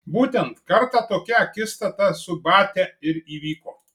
būtent kartą tokia akistata su batia ir įvyko